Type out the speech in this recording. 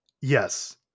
Yes